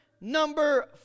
number